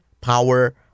power